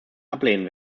ablehnen